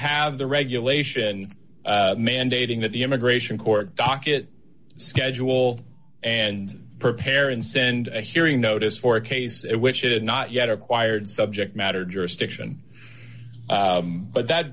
have the regulation mandating that the immigration court docket schedule and prepare and send a hearing notice for a case which is not yet acquired subject matter jurisdiction but that